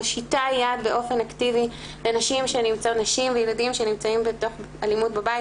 מושיטה יד באופן אקטיבי לנשים וילדים שנמצאים באלימות בבית,